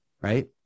Right